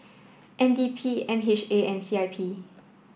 N D P M H A and C I P